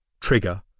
Trigger